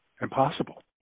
impossible